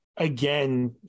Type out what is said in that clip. Again